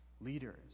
leaders